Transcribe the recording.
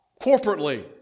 Corporately